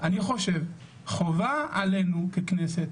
אני חושב שחובה עלינו ככנסת